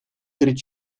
перед